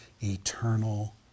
eternal